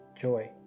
joy